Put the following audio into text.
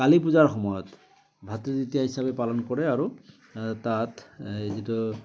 কালী পূজাৰ সময়ত ভাতৃদ্বিতীয়া হিচাপে পালন কৰে আৰু তাত এই যিটো